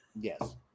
Yes